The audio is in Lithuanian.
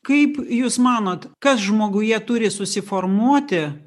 kaip jūs manot kas žmoguje turi susiformuoti